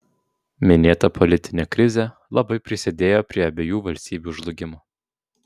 minėta politinė krizė labai prisidėjo prie abiejų valstybių žlugimo